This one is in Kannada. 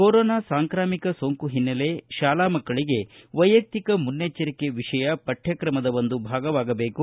ಕೊರೊನಾ ಸಾಂಕ್ರಾಮಿಕ ಸೋಂಕು ಹಿನ್ನೆಲೆ ಶಾಲಾ ಮಕ್ಕಳಗೆ ವೈಯಕ್ತಿಕ ಮುನ್ನೆಚ್ಚರಿಕೆ ವಿಷಯ ಪಠ್ವಕ್ರಮದ ಒಂದು ಭಾಗವಾಗಬೇಕು